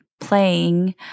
playing